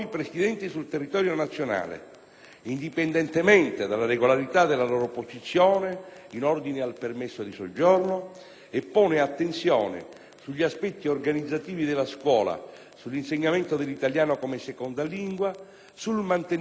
indipendentemente dalla regolarità della loro posizione in ordine al permesso di soggiorno, e pone attenzione sugli aspetti organizzativi della scuola, sull'insegnamento dell'italiano come seconda lingua, sul mantenimento della lingua e cultura di origine,